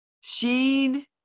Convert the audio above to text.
Sheen